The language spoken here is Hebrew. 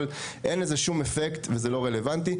אבל אין לזה שום אפקט וזה לא רלוונטי.